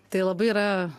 tai labai yra